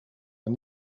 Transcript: een